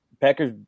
Packers